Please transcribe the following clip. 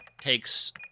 takes